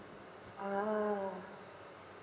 ah